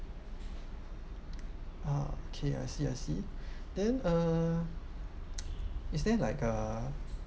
okay I see I see then uh is there like uh